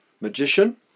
magician